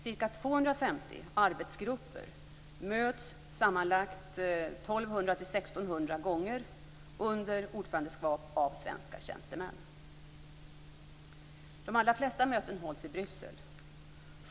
Ca 250 arbetsgrupper möts sammanlagt 1 200 1 600 gånger under ordförandeskap av svenska tjänstemän. De allra flesta möten hålls i Bryssel.